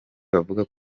bavuga